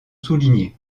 soulignés